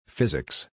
Physics